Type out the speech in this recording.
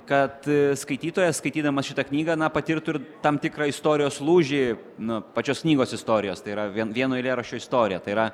kad skaitytojas skaitydamas šitą knygą na patirtų ir tam tikrą istorijos lūžį na pačios knygos istorijos tai yra vien vieno eilėraščio istorija tai yra